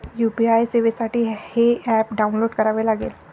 UPI सेवेसाठी हे app download करावे लागेल